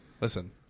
Listen